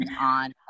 on